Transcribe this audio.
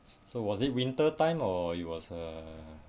so was it winter time or it was uh